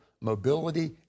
mobility